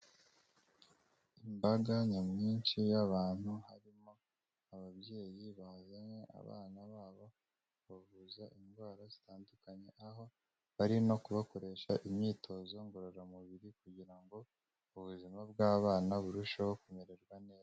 Imbaga nyamwinshi y'abantu harimo ababyeyi bazanye abana babo, kubavuza indwara zitandukanye, aho bari no kubakoresha imyitozo ngororamubiri kugira ngo ubuzima bw'abana burusheho kumererwa neza.